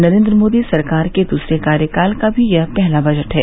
नरेन्द्र मोदी सरकार के दूसरे कार्यकाल का भी यह पहला बजट है